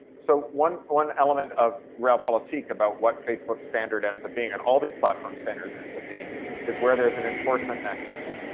so one one element of politique about what facebook's standard ends up being, and all these platforms' standard ends up being is where there is an enforcement nexus,